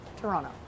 Toronto